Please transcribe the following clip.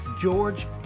George